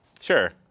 Sure